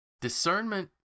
discernment